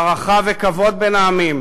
הערכה וכבוד בין העמים,